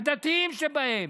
הדתיים שבהם: